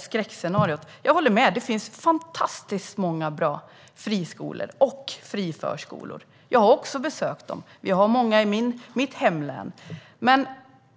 skräckscenariot. Jag håller med om att det finns fantastiskt många bra friskolor och friförskolor. Jag har också besökt dem. Vi har många i mitt hemlän.